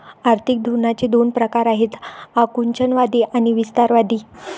आर्थिक धोरणांचे दोन प्रकार आहेत आकुंचनवादी आणि विस्तारवादी